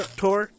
tour